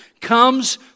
comes